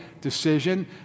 decision